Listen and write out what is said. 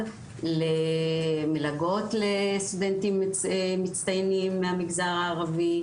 למלגות לסטודנטים מצטיינים מהמגזר הערבי,